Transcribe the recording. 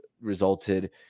resulted